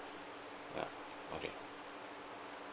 yeah okay